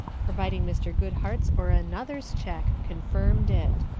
providing mr. goodhart's or another's cheque confirmed it